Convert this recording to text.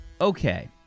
Okay